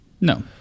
No